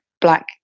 black